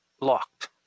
locked